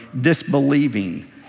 disbelieving